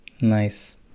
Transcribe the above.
nice